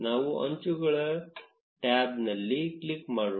ನಾವು ಅಂಚುಗಳ ಟ್ಯಾಬ್ನಲ್ಲಿ ಕ್ಲಿಕ್ ಮಾಡೋಣ